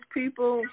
people